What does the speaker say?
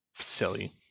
silly